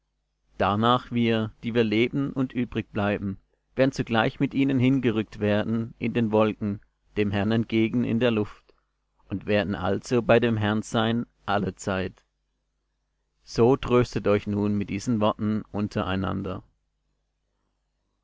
darnach wir die wir leben und übrig bleiben werden zugleich mit ihnen hingerückt werden in den wolken dem herrn entgegen in der luft und werden also bei dem herrn sein allezeit so tröstet euch nun mit diesen worten untereinander